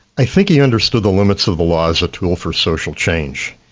i think he understood the limits of the law as a tool for social change.